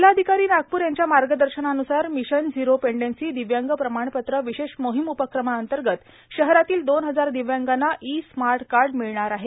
जिल्हाधिकारी नागप्र यांच्या मार्गदर्शनानुसार मिशन झिरो पेंडेसी दिव्यांग प्रमाणपत्र विशेष मोहिम उपक्रमाअंतर्गत शहरातील दोन हजार दिव्यांगांना ई स्मार्ट कार्ड मिळणार आहेत